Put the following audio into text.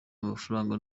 amafaranga